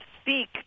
speak